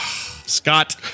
Scott